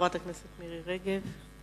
חברת הכנסת מירי רגב.